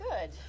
Good